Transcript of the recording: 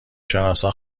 شناسا